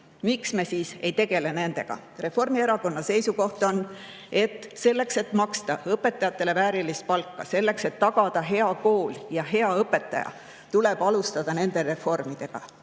Miks me siis ei tegele nende asjadega? Reformierakonna seisukoht on, et selleks, et maksta õpetajatele väärilist palka, selleks, et tagada hea kool ja hea õpetaja, tuleb neid reforme